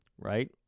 right